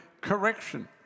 correction